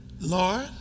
Lord